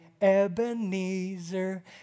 Ebenezer